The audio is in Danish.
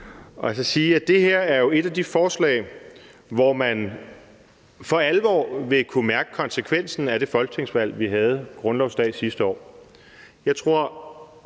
og så sige, at det her jo er et af de forslag, hvor man for alvor vil kunne mærke konsekvensen af det folketingsvalg, vi havde grundlovsdag sidste år. Jeg tror